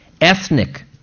ethnic